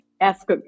ask